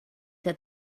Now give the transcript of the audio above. that